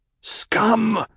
Scum